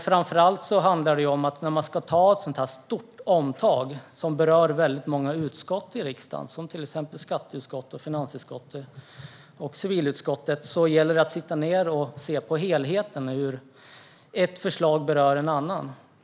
Framför allt handlar det om att när man gör ett sådant här stort omtag som berör många utskott i riksdagen, till exempel skatteutskottet, finansutskottet och civilutskottet, gäller det att sitta ned och se på helheten - hur ett förslag berör ett annat.